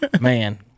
Man